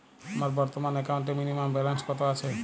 আমার বর্তমান একাউন্টে মিনিমাম ব্যালেন্স কত আছে?